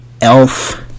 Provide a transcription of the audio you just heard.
Elf